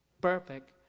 perfect